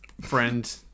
friend